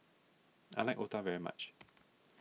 I like Otah very much